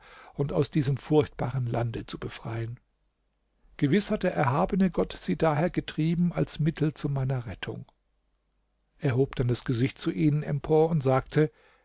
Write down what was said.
und aus diesem furchtbaren lande zu befreien gewiß hat der erhabene gott sie daher getrieben als mittel zu meiner rettung er hob dann das gesicht zu ihnen empor und sagte